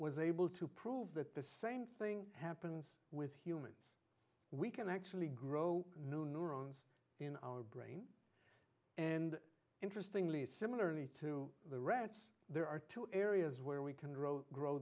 was able to prove that the same thing happens with humans we can actually grow new neurons in our brain and interestingly similarly to the rats there are two areas where we can grow grow